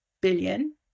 billion